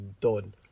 done